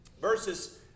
verses